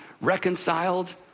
reconciled